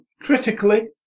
critically